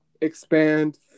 expand